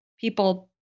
people